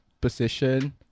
position